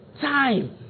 time